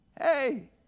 Hey